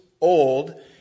old